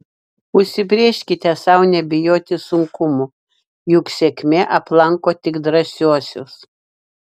užsibrėžkite sau nebijoti sunkumų juk sėkmė aplanko tik drąsiuosius